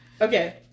Okay